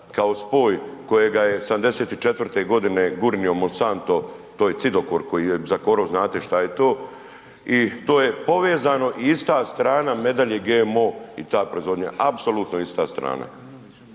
kao spoj kojega je '74. g. gurnuo Monsanto, to je cidokor koji je za korov, znate šta je to i to je povezano i ista strana medalje GMO i ta proizvodnja, apsolutno ista strana.